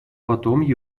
потом